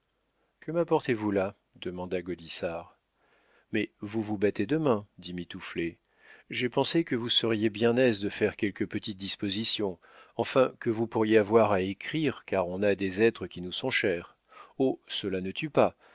que m'apportez-vous là demanda gaudissart mais vous vous battez demain dit mitouflet j'ai pensé que vous seriez bien aise de faire quelques petites dispositions enfin que vous pourriez avoir à écrire car on a des êtres qui nous sont chers oh cela ne tue pas